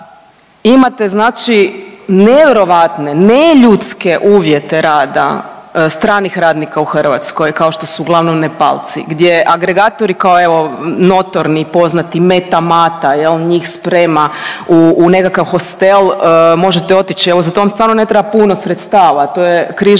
Imate znači nevjerojatne, neljudske uvjete rada stranih radnika u Hrvatskoj kao što su uglavnom Nepalci, gdje agregatori kao evo notorni i poznati Meta Mata jel njih sprema u nekakav hostel, možete otići evo za to vam stvarno ne treba puno sredstva to je križanje